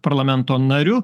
parlamento nariu